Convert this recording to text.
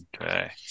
Okay